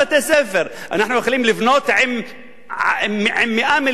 אנחנו יכולים לבנות ב-100 מיליון שקלים,